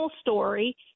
story